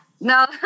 No